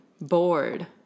bored